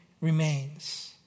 remains